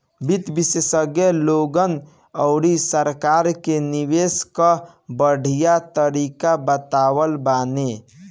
वित्त विशेषज्ञ लोगन अउरी सरकार के निवेश कअ बढ़िया तरीका बतावत बाने